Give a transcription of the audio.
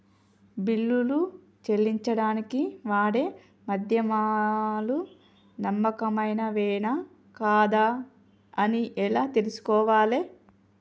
బిల్లులు చెల్లించడానికి వాడే మాధ్యమాలు నమ్మకమైనవేనా కాదా అని ఎలా తెలుసుకోవాలే?